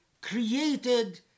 created